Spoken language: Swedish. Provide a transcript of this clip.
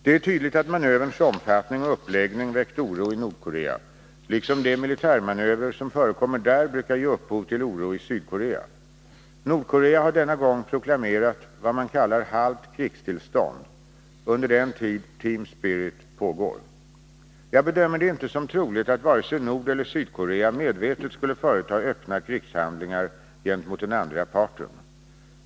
Det är tydligt att manöverns omfattning och uppläggning väckt oro i Nordkorea, liksom de militärmanövrar som förekommer där brukar ge upphov till oro i Sydkorea. Nordkorea har denna gång proklamerat ”halvt krigstillstånd” under den tid ”Team Spirit” pågår. Jag bedömer det inte som troligt att vare sig Nordeller Sydkorea medvetet skulle företa öppna krigshandlingar gentemot den andra parten.